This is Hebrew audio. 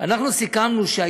סיכמנו כדלהלן,